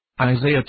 Isaiah